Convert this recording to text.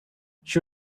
she